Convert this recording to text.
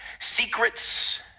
Secrets